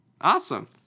awesome